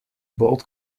boat